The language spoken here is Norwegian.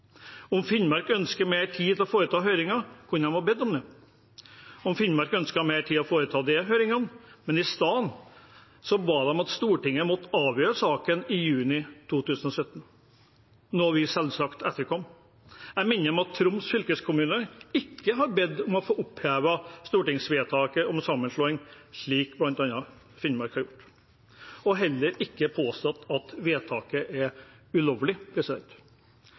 Om Finnmark hadde ønsket mer tid til å foreta høringer, kunne de ha bedt om det. I stedet ba de om at Stortinget måtte avgjøre saken i juni 2017, noe vi selvsagt etterkom. Jeg minner om at Troms fylkeskommune ikke har bedt om å få opphevet stortingsvedtaket om sammenslåing, slik bl.a. Finnmark har gjort, og heller ikke har påstått at vedtaket er ulovlig.